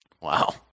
Wow